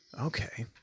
Okay